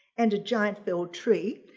and a giant felled tree.